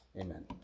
Amen